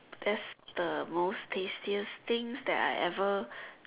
that's the most tastiest things that I ever